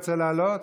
רוצה לעלות?